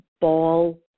ball